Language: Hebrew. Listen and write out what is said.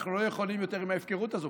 אנחנו לא יכולים יותר עם ההפקרות הזאת.